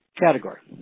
category